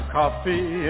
coffee